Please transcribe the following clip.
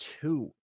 two